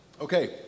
Okay